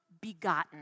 begotten